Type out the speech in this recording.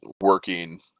working